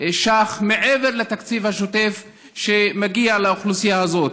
ש"ח מעבר לתקציב השוטף שמגיע לאוכלוסייה הזאת.